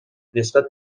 نسبت